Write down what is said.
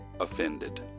offended